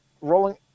rolling